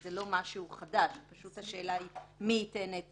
זה לא משהו חדש; פשוט השאלה היא מי ייתן את